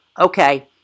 Okay